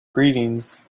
greetings